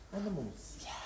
Animals